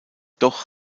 doch